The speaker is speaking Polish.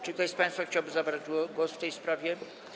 Czy ktoś z państwa chciałby zabrać głos w tej sprawie?